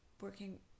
working